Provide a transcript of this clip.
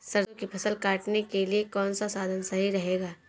सरसो की फसल काटने के लिए कौन सा साधन सही रहेगा?